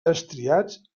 estriats